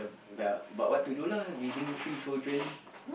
but but what to do lah raising three children